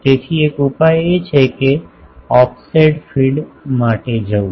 તેથી એક ઉપાય એ છે કે ઓફસેટ ફીડ માટે જવું